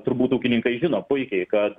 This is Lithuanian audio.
turbūt ūkininkai žino puikiai kad